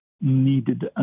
needed